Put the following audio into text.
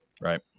Right